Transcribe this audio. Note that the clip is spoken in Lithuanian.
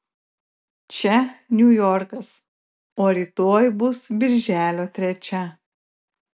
čia niujorkas o rytoj bus birželio trečia